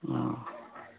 ꯑꯣ